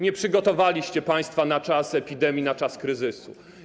Nie przygotowaliście państwa na czas epidemii, na czas kryzysu.